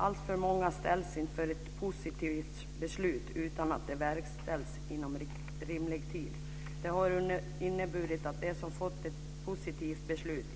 Alltför många ställs inför ett positivt beslut utan att det verkställs inom rimlig tid. Det har inneburit att de